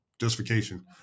justification